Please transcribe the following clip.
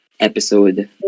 Episode